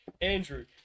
Andrew